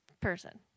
person